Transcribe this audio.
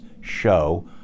show